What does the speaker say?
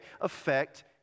affect